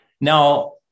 Now